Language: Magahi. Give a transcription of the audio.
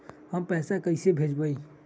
हम पैसा कईसे भेजबई?